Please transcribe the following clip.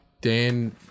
Dan